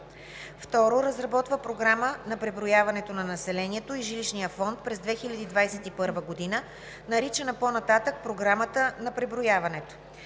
2. разработва Програма на преброяването на населението и жилищния фонд през 2021 г., наричана по-нататък „Програмата на преброяването“;